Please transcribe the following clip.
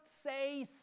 say